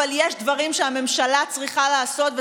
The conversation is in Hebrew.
אבל יש דברים שהממשלה צריכה לעשות,